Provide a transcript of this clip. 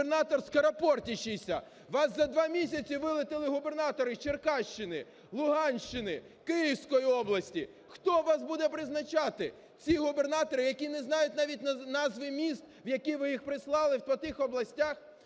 "губернатор скоропортящийся". У вас за два місяці вилетіли губернатори з Черкащини, Луганщини, Київської області. Хто вас буде призначати? Ці губернатори, які не знають назви міст, в які ви їх прислали по тих областях?